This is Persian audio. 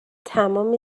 تمام